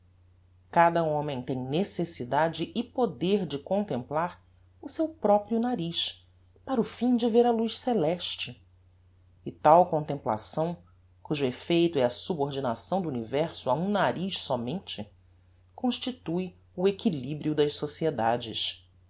cada homem tem necessidade e poder de contemplar o seu proprio nariz para o fim de ver a luz celeste e tal contemplação cujo effeito é a subordinação do universo a um nariz sómente constitue o equilibrio das sociedades